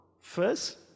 first